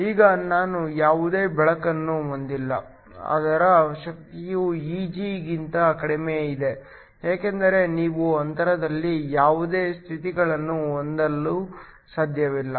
ಈಗ ನಾವು ಯಾವುದೇ ಬೆಳಕನ್ನು ಹೊಂದಿಲ್ಲ ಅದರ ಶಕ್ತಿಯು Eg ಗಿಂತ ಕಡಿಮೆ ಇದೆ ಏಕೆಂದರೆ ನೀವು ಅಂತರದಲ್ಲಿ ಯಾವುದೇ ಸ್ಥಿತಿಗಳನ್ನು ಹೊಂದಲು ಸಾಧ್ಯವಿಲ್ಲ